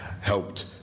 helped